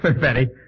Betty